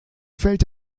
fällt